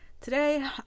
Today